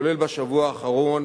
כולל בשבוע האחרון,